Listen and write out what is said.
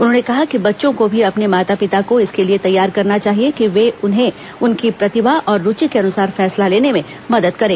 उन्होंने कहा कि बच्चों को भी अपने माता पिता को इसके लिए तैयार करना चाहिए कि वे उन्हें उनकी प्रतिभा और रूचि के अनुसार फैसला लेने में मदद करें